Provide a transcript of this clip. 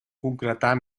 concretar